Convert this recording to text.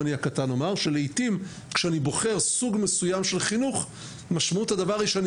כשאני בוחר סוג מסוים של חינוך משמעות הדבר היא שאני